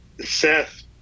Seth